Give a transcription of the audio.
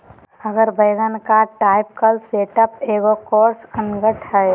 उगर वैगन का typical setup एगो कोर्स अंगठ हइ